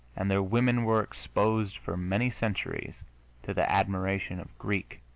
and their women were exposed for many centuries to the admiration of greek,